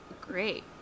Great